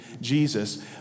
Jesus